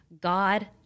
God